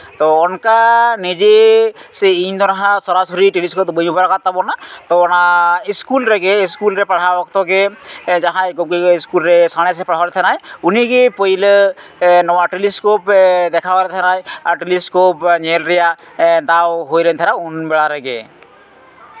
ᱛᱚ ᱚᱱᱠᱟ ᱱᱤᱡᱮ ᱥᱮ ᱤᱧ ᱫᱚ ᱱᱟᱦᱟᱜ ᱥᱚᱨᱟᱥᱚᱨᱤ ᱴᱮᱞᱤᱥᱠᱳᱯ ᱫᱚ ᱵᱟᱹᱧ ᱵᱮᱵᱚᱦᱟᱨ ᱟᱠᱟᱫ ᱛᱟᱵᱚᱱᱟ ᱛᱚ ᱚᱱᱟ ᱤᱥᱠᱩᱞ ᱨᱮᱜᱮ ᱤᱥᱠᱩᱞ ᱨᱮ ᱯᱟᱲᱦᱟᱣ ᱚᱠᱛᱚ ᱜᱮ ᱡᱟᱦᱟᱸᱭ ᱜᱮᱢᱠᱮ ᱤᱥᱠᱩᱞ ᱨᱮ ᱥᱟᱬᱮᱥᱮ ᱯᱟᱲᱦᱟᱣᱮᱫ ᱞᱮ ᱛᱟᱦᱮᱱᱟᱭ ᱩᱱᱤᱜᱮ ᱯᱳᱭᱞᱳ ᱱᱚᱣᱟ ᱴᱮᱞᱤᱥᱳᱯ ᱫᱮᱠᱷᱟᱣᱟᱫ ᱞᱮ ᱛᱟᱦᱮᱱᱟᱭ ᱟᱨ ᱴᱮᱞᱤᱥᱠᱳᱯ ᱧᱮᱞ ᱨᱮᱭᱟᱜ ᱫᱟᱣ ᱦᱩᱭ ᱞᱮᱱ ᱛᱟᱦᱮᱱᱟ ᱩᱱ ᱵᱮᱲᱟ ᱨᱮᱜᱮ